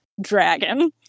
dragon